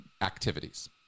activities